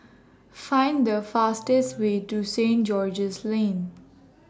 Find The fastest Way to Saint George's Lane